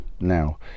now